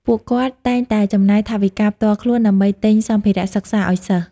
ពួកគាត់តែងតែចំណាយថវិកាផ្ទាល់ខ្លួនដើម្បីទិញសម្ភារៈសិក្សាឲ្យសិស្ស។